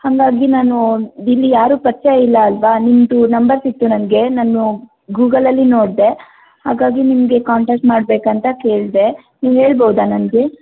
ಹಾಗಾಗಿ ನಾನು ಇಲ್ಲಿ ಯಾರೂ ಪರಿಚಯ ಇಲ್ಲ ಅಲ್ಲವಾ ನಿಮ್ಮದು ನಂಬರ್ ಸಿಕ್ಕಿತು ನನಗೆ ನಾನು ಗೂಗಲಲ್ಲಿ ನೋಡಿದೆ ಹಾಗಾಗಿ ನಿಮಗೆ ಕಾಂಟಾಕ್ಟ್ ಮಾಡ್ಬೇಕು ಅಂತ ಕೇಳಿದೆ ನೀವು ಹೇಳ್ಬೋದಾ ನನಗೆ